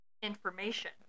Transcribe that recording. information